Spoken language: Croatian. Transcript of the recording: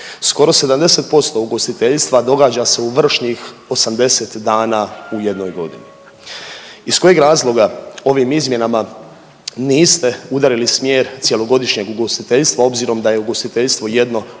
Skoro 70% ugostiteljstva događa se u vršnih 80 dana u jednoj godini. Iz kojeg razloga ovim izmjenama niste udarili smjer cjelogodišnjeg ugostiteljstva obzirom da je ugostiteljstvo jedno